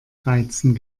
reizen